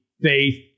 faith